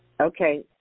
Okay